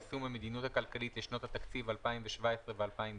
חקיקה ליישום המדיניות הכלכלית לשנות התקציב 2017 ו-2018).